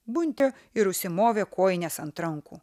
buntė ir užsimovė kojines ant rankų